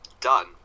Done